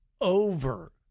over